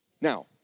Now